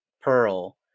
pearl